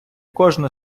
кожне